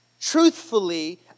Truthfully